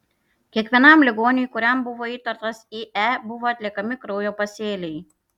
kiekvienam ligoniui kuriam buvo įtartas ie buvo atliekami kraujo pasėliai